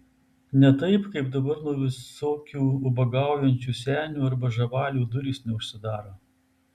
ne taip kaip dabar nuo visokių ubagaujančių senių arba žabalių durys neužsidaro